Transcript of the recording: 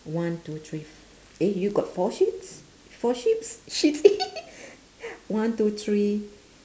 one two three eh you got four sheeps four sheeps sheeps one two three